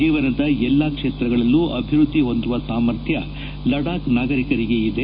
ಜೀವನದ ಎಲ್ಲಾ ಕ್ಷೇತ್ರಗಳಲ್ಲೂ ಅಭಿವೃದ್ಧಿ ಹೊಂದುವ ಸಾಮರ್ಥ್ಯ ಲಡಾಖ್ ನಾಗರಿಕರಿಗೆ ಇದೆ